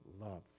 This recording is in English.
Love